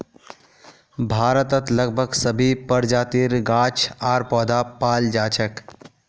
भारतत लगभग सभी प्रजातिर गाछ आर पौधा पाल जा छेक